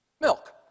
Milk